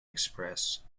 express